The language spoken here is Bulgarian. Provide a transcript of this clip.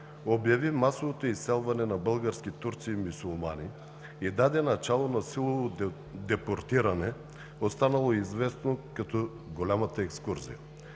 обяви масовото изселване на български турци и мюсюлмани и даде начало на силовото депортиране, останало известно като „голямата екскурзия“.